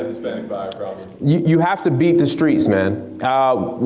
a hispanic buyer probably. you have to beat the streets man. ah